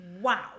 Wow